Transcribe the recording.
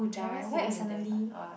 parasailing is damn fun